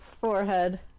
forehead